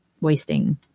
wasting